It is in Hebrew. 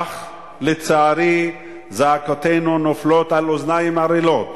אך לצערי זעקותינו נופלות על אוזניים ערלות